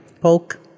Polk